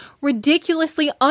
ridiculously